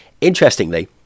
interestingly